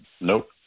nope